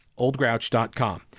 oldgrouch.com